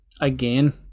again